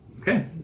Okay